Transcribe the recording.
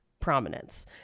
prominence